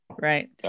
Right